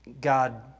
God